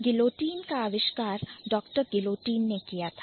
Guillotine का आविष्कार Dr Guillotine ने किया था